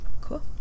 Cool